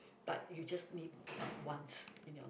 but you just need uh once in your life